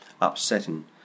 upsetting